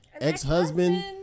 Ex-husband